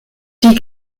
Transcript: die